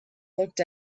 looked